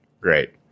Great